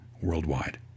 worldwide